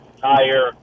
tire